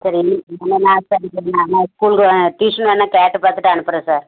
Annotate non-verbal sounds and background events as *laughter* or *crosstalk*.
சரி *unintelligible* ஸ்கூலுக்கு ட்யூஷன் வேணா கேட்டு பார்த்துட்டு அனுப்புகிறேன் சார்